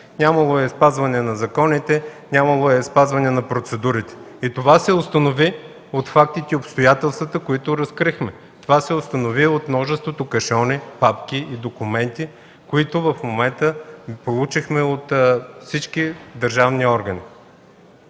Нямало е спазване на законите, нямало е спазване на процедурите. Това се установи от фактите и обстоятелствата, които разкрихме. Това се установи от множеството кашони, папки и документи, които в момента получихме от всички държавни органи.